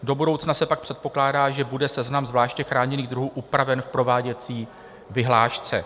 Do budoucna se pak předpokládá, že bude seznam zvláště chráněných druhů upraven v prováděcí vyhlášce.